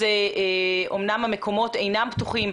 אמנם המקומות אינם פתוחים,